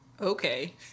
Okay